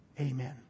amen